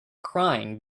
crying